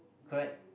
correct